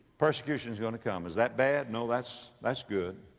persecution is going to come. is that bad? no, that's, that's good.